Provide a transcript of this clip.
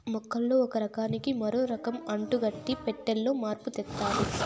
మొక్కల్లో ఒక రకానికి మరో రకం అంటుకట్టి పెట్టాలో మార్పు తెత్తారు